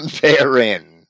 therein